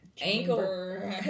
Ankle